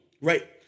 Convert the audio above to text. Right